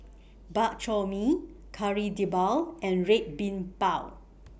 Bak Chor Mee Kari Debal and Red Bean Bao